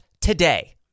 today